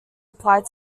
applied